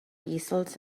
easels